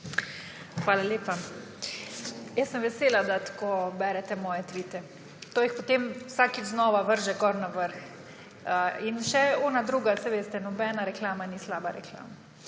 Hvala lepa. Jaz sem vesela, da tako berete moje tvite. To jih potem vsakič znova vrže gor na vrh. In še ona druga, saj veste, nobena reklama ni slaba reklama.